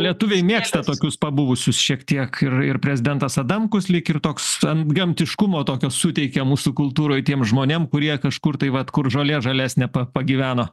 lietuviai mėgsta tokius pabuvusius šiek tiek ir ir prezidentas adamkus lyg ir toks antgamtiškumo tokio suteikia mūsų kultūroj tiem žmonėm kurie kažkur tai vat kur žolė žalesnė pagyveno